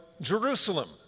Jerusalem